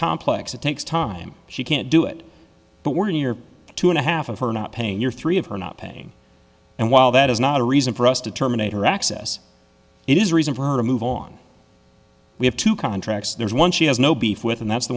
complex it takes time she can't do it but we're in year two and a half of her not paying your three of her not paying and while that is not a reason for us to terminate her access it is reason for her to move on we have two contracts there's one she has no beef with and that's the